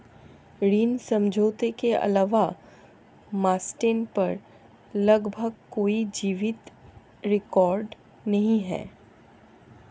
ऋण समझौते के अलावा मास्टेन पर लगभग कोई जीवित रिकॉर्ड नहीं है